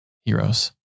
heroes